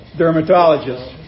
dermatologist